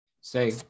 say